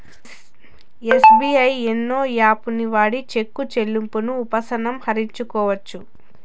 SBI YONO యాపుని వాడి cheque చెల్లింపును ఉపసంహరించుకోవచ్చు